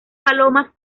palomas